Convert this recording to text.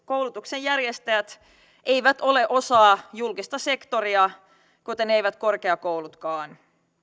koulutuksenjärjestäjät eivät ole osa julkista sektoria kuten eivät korkeakoulutkaan